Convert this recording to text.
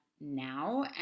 now